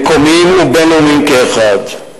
מקומיים ובין-לאומיים כאחד.